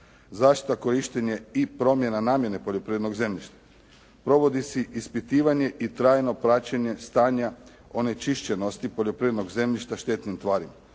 zaštita, korištenje i promjena namjene poljoprivrednog zemljišta. Provodi se ispitivanje i trajno praćenje stanja onečišćenosti poljoprivrednog zemljišta štetnim tvarima